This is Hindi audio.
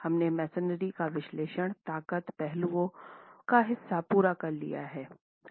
हमने मैसनरी का विश्लेषण ताकत पहलुओं का हिस्सा पूरा कर लिया है